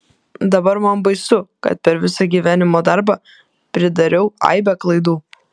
dabar man baisu kad per visą gyvenimo darbą pridariau aibę klaidų